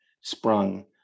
sprung